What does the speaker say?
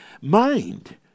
mind